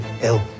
ill